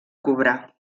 cobrar